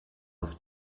aus